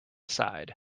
side